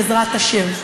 בעזרת השם.